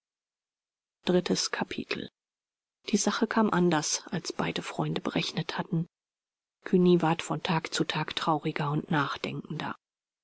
die sache kam anders als beide freunde berechnet hatten cugny ward von tag zu tag trauriger und nachdenkender